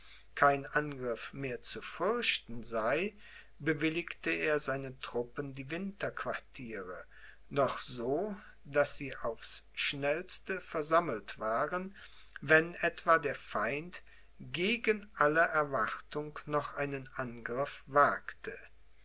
kein angriff mehr zu befürchten sei bewilligte er seinen truppen die winterquartiere doch so daß sie aufs schnellste versammelt waren wenn etwa der feind gegen alle erwartung noch einen angriff wagte